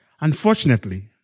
Unfortunately